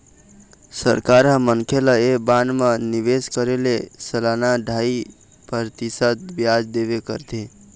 सरकार ह मनखे ल ऐ बांड म निवेश करे ले सलाना ढ़ाई परतिसत बियाज देबे करथे